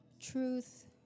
truth